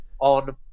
on